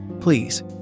please